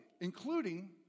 including